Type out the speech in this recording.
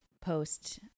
post